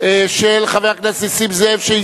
כמו כן,